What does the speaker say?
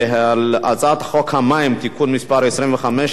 הצעת חוק המים (תיקון מס' 25),